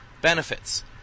benefits